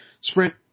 Sprint